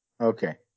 Okay